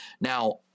Now